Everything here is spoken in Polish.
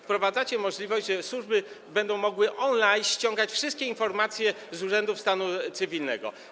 Wprowadzacie możliwość, że służby będą mogły on-line ściągać wszystkie informacje z urzędów stanu cywilnego.